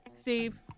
Steve